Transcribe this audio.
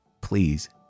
Please